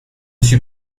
suis